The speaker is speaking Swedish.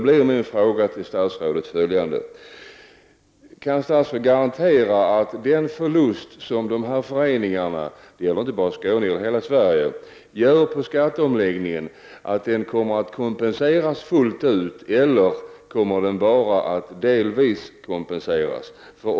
Jag vill fråga: Kan statsrådet garantera att den förlust som föreningar av det här slaget — och det gäller inte bara i Skåne utan i hela Sverige — drabbas av i och med skatteomläggningen kommer att kompenseras fullt ut, eller får man bara delvis kompensation?